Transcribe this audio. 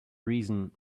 reason